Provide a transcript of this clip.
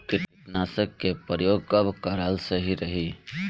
कीटनाशक के प्रयोग कब कराल सही रही?